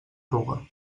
ruga